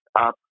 up